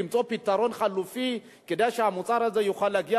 למצוא פתרון חלופי כדי שהמוצר הזה יוכל להגיע